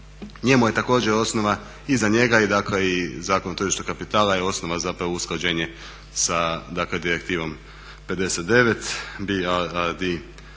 njemu je također osnova i za njega i za Zakon o tržištu kapitala je osnova zapravo usklađenje sa direktivom 59 …